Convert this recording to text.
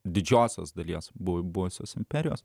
didžiosios dalies buvusios imperijos